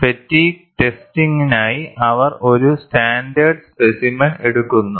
fatigue ടെസ്റ്റിംഗിനായി അവർ ഒരു സ്റ്റാൻഡേർഡ് സ്പെസിമെൻ എടുക്കുന്നു